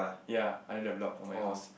ya under the block of my house